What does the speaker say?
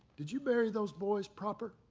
did you bury those boys proper?